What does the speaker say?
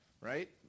right